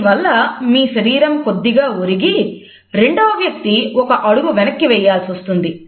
దీనివల్ల మీ శరీరం కొద్దిగా ఒరిగి రెండవ వ్యక్తి ఒక అడుగు వెనుకకు వెయ్యాల్సి వస్తుంది